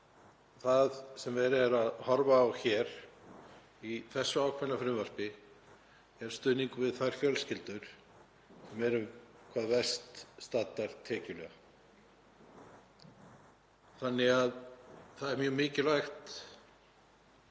það sem verið er að horfa á hér í þessu ákveðna frumvarpi er stuðningur við þær fjölskyldur sem eru hvað verst staddar tekjulega. Þannig að það er mjög mikilvægt